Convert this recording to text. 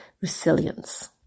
resilience